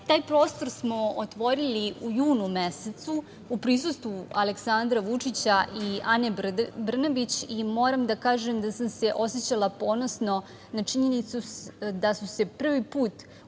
Taj prostor smo otvorili u junu mesecu, u prisustvu Aleksandra Vučića i Ane Brnabić i moram da kažem da sam se osećala ponosno na činjenicu da su se prvi put u